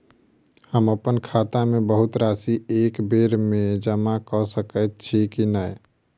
हम अप्पन खाता मे बहुत राशि एकबेर मे जमा कऽ सकैत छी की नै?